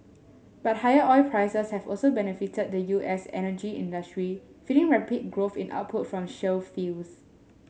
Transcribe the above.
but higher oil prices have also benefited the U S energy industry feeding rapid growth in output from shale fields